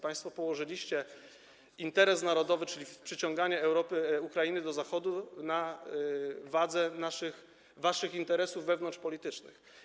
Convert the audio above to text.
Państwo położyliście interes narodowy, czyli przyciąganie Ukrainy do Zachodu, na wadze naszych, waszych interesów wewnątrzpolitycznych.